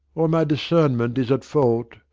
or my discernment is at fault,